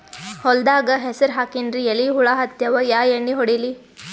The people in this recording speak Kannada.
ಹೊಲದಾಗ ಹೆಸರ ಹಾಕಿನ್ರಿ, ಎಲಿ ಹುಳ ಹತ್ಯಾವ, ಯಾ ಎಣ್ಣೀ ಹೊಡಿಲಿ?